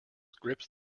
gripped